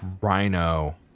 Rhino